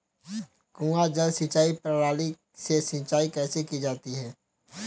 कुआँ जल सिंचाई प्रणाली से सिंचाई कैसे की जाती है?